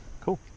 cool